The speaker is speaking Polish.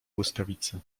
błyskawicy